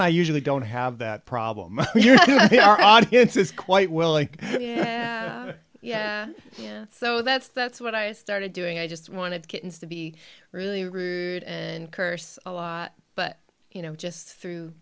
going i usually don't have that problem it's quite well like yeah yeah yeah so that's that's what i started doing i just wanted to be really rude and curse a lot but you know just through